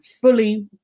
fully